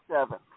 Seven